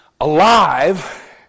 alive